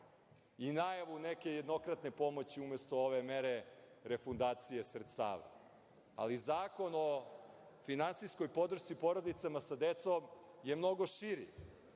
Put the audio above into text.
i najavu neke jednokratne pomoći umesto ove mere refundacije sredstava. Ali, Zakon o finansijskoj podršci porodicama sa decom je mnogo širi i